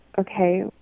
Okay